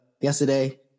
yesterday